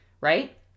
right